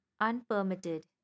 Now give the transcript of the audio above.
unpermitted